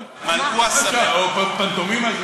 שירה בציבור זה